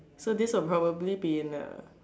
so this will probably be in A